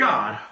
God